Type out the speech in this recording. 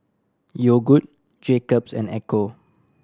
Yogood Jacob's and Ecco